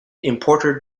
importer